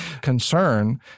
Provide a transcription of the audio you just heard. concern